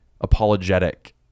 apologetic